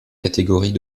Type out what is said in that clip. catégories